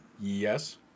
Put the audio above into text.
yes